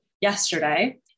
yesterday